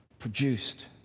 produced